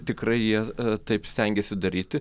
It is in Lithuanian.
tikrai jie taip stengiasi daryti